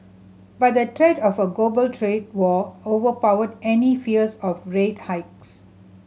but the threat of a global trade war overpowered any fears of rate hikes